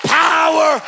power